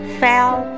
fail